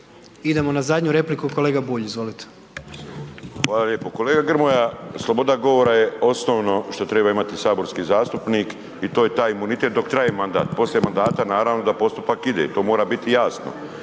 Idemo na zadnju repliku, kolega Bulj, izvolite. **Bulj, Miro (MOST)** Hvala lijepo. Kolega Grmoja, sloboda govora je osnovno što treba imati saborski zastupnik i to je taj imunitet dok traje mandat, poslije mandata naravno da postupak ide, to mora biti jasno.